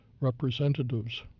representatives